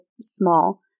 small